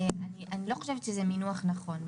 אני לא חושב שצריך לעשות את ההשוואה הזאת.